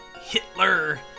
Hitler